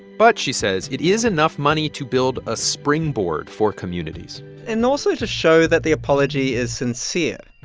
but she says it is enough money to build a springboard for communities and also to show that the apology is sincere.